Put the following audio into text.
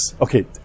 Okay